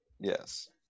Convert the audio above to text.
Yes